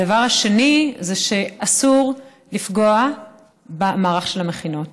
והדבר השני זה שאסור לפגוע במערך של המכינות.